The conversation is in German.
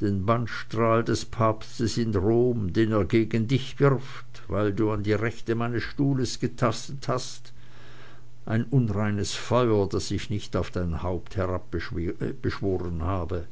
den bannstrahl des papstes in rom den er gegen dich wirft weil du an die rechte meines stuhles getastet hast ein unreines feuer das ich nicht auf dein haupt heraufbeschworen habe